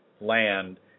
land